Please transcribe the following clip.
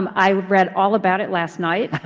um i read all about it last night,